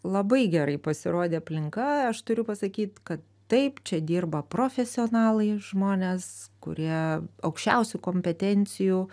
labai gerai pasirodė aplinka aš turiu pasakyt kad taip čia dirba profesionalai žmonės kurie aukščiausių kompetencijų